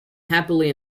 happily